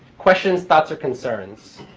questions, thoughts, or concerns?